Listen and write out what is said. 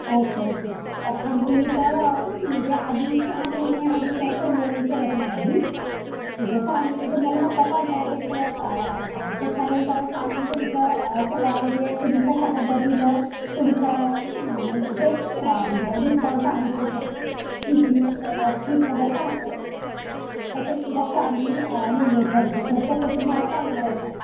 okay okay पण आमची इथं म्हणजे आधी सहा महिने आम्ही काय परमनंट करत नाही आधी म्हणजे सहा महिने तुम्हाला फक्त कॉन्ट्रॅक बेसवर करावं लागणार आहे त्याच्यानंतरच आम्ही तुमचं सकाळ म्हणजे तुम्ही कशा पद्धतीनं तुमचं बेस्ट म्हणजे रिस्पॉन्स आहे तुमचा टीचिंग स्किल वगैरे पाहतो त्याच्या आम्ही नेमणूक करतो तर तसं तुम्हाला चालणार आहे का